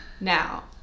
Now